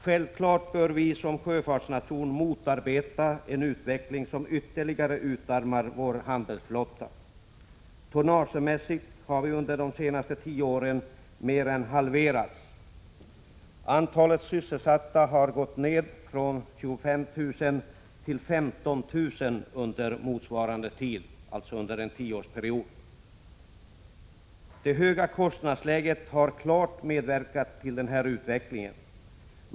Självfallet bör vi som sjöfartsnation motarbeta en utveckling som ytterligare utarmar vår handelsflotta. Tonnagemässigt har denna under de senaste tio åren mer än halverats. Antalet sysselsatta har gått ned från 25 000 till 15 000 under motsvarande tid, alltså under en tioårsperiod. Det höga kostnadsläget har klart medverkat till denna utveckling.